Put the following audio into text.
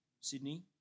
Sydney